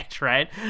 right